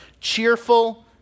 cheerful